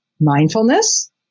mindfulness